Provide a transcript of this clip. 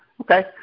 Okay